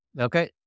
Okay